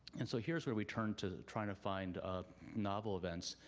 and so here's where we turn to try and find ah novel events,